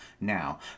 now